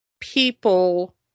people